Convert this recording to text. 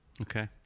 okay